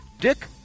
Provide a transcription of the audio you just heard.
Dick